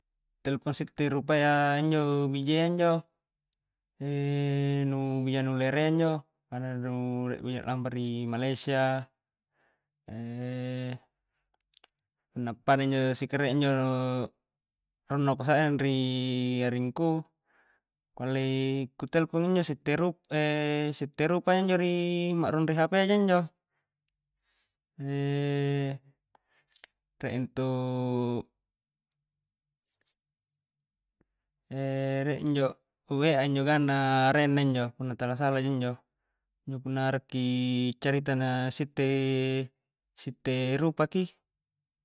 Telpon sitte rupa iya injo bijayya injo nu bija nu lerea injo rie bija lampa ri malaysia punna pada injo sikarie injo ri aringku ku allei ku telpon injo sitte ru-sitte rupa ja injo ri ma'rung ri hp a ja injo, rie intuu rie injo wa injo ganna arenna injo punna tala sala ja injo-njo punna arakki carita na sitte-sitte rupa ki.